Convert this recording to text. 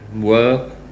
work